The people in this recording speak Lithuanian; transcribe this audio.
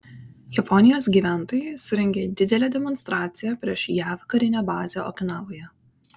japonijos gyventojai surengė didelę demonstraciją prieš jav karinę bazę okinavoje